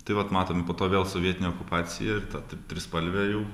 tai vat matom po to vėl sovietinė okupacija ir ta tri trispalvė jau